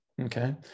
okay